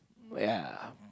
ya